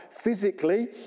physically